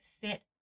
fit